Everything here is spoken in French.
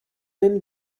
même